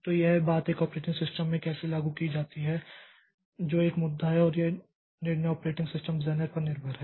तो यह बात एक ऑपरेटिंग सिस्टम में कैसे लागू की जाती है जो एक मुद्दा है और यह निर्णय ऑपरेटिंग सिस्टम डिजाइनर पर निर्भर है